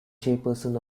chairperson